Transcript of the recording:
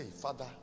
Father